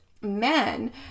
men